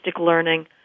learning